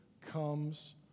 comes